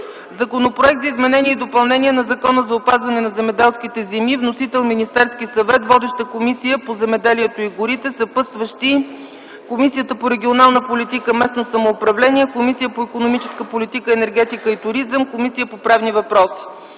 Законопроект за изменение и допълнение на Закона за опазване на земеделските земи. Вносител е Министерският съвет. Водеща е Комисията по земеделието и горите. Съпътстващи са Комисията по регионална политика и местно самоуправление, Комисията по икономическа политика, енергетика и туризъм и Комисията по правни въпроси.